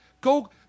Go